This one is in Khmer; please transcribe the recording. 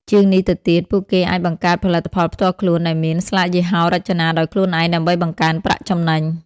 ជាងនេះទៅទៀត ពួកគេអាចបង្កើតផលិតផលផ្ទាល់ខ្លួន ដែលមានស្លាកយីហោរចនាដោយខ្លួនឯងដើម្បីបង្កើនប្រាក់ចំណេញ។